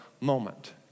moment